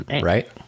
Right